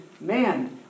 Man